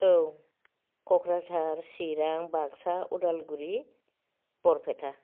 औ क'क्राझार चिरां बाक्सा उदालगुरि बरपेटा